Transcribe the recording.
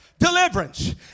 Deliverance